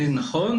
נכון,